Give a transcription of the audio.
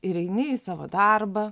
ir eini į savo darbą